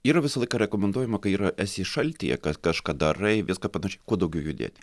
yra visą laiką rekomenduojama kai yra esi šaltyje kad kažką darai viską panašiai kuo daugiau judėti